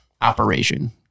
operation